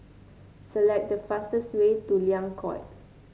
select the fastest way to Liang Court